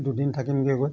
দুদিন থাকিমগৈ গৈ